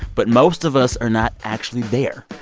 but most of us are not actually there.